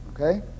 Okay